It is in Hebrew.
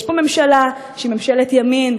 יש פה ממשלה שהיא ממשלת ימין.